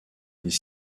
des